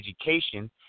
education